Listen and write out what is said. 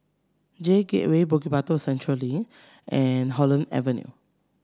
J Gateway Bukit Batok Central Link and Holland Avenue